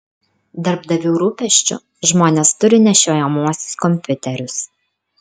darbdavių rūpesčiu žmonės turi nešiojamuosius kompiuterius